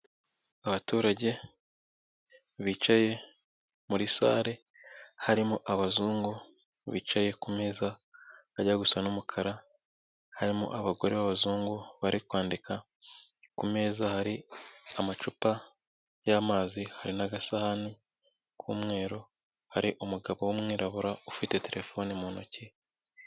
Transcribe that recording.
Abaturage bicaye muri sare harimo abazungu bicaye ku meza ajya gusa n'umukara, harimo abagore b'abazungu bari kwandika, ku meza hari amacupa y'amazi, hari n'agasahani k'umweru, hari umugabo w'umwirabura ufite telefone mu ntoki.